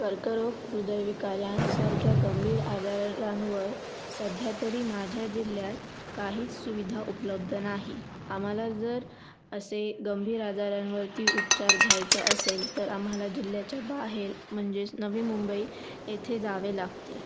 कर्करोग हृदयविकार यांसारख्या गंभीर आजारांवर सध्या तरी माझ्या जिल्ह्यात काहीच सुविधा उपलब्ध नाही आम्हाला जर असे गंभीर आजारांवरती उपचार घ्यायचा असेल तर आम्हाला जिल्ह्याच्या बाहेर म्हणजेच नवी मुंबई येथे जावे लागते